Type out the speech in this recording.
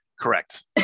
Correct